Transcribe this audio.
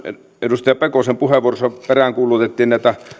edustaja pekosen puheenvuorossa peräänkuulutettiin näitä